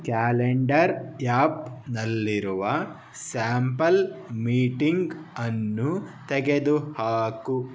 calendar ಯಾಪ್ನಲ್ಲಿರುವ sample ಮೀಟಿಂಗನ್ನು ತೆಗೆದುಹಾಕು